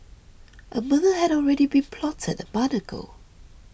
a murder had already been plotted a month ago